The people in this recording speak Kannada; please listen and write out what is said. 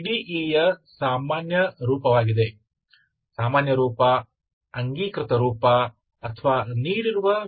ಇ ಯ ಸಾಮಾನ್ಯ ಪರಿಹಾರವಾಗಿದೆ ಸಾಮಾನ್ಯ ರೂಪ ಅಂಗೀಕೃತ ರೂಪ ಅಥವಾ ನೀಡಿರುವ ಪಿ